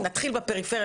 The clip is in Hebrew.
נתחיל בפריפריה,